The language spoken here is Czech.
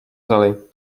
vzali